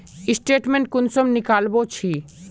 Statement कुंसम निकलाबो छी?